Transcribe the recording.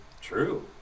true